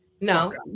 no